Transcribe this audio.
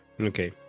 okay